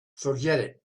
forget